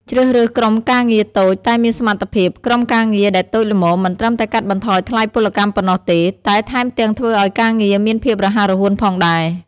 ជ្រើសរើសក្រុមការងារតូចតែមានសមត្ថភាព ក្រុមការងារដែលតូចល្មមមិនត្រឹមតែកាត់បន្ថយថ្លៃពលកម្មប៉ុណ្ណោះទេ តែថែមទាំងធ្វើឱ្យការងារមានភាពរហ័សរហួនផងដែរ។